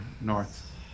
north